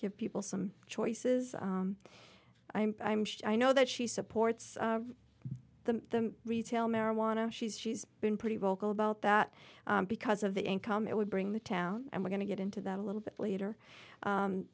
give people some choices i know that she supports the retail marijuana she's she's been pretty vocal about that because of the income it would bring the town and we're going to get into that a little bit later